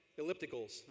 Ellipticals